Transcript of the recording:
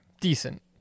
Decent